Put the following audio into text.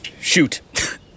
shoot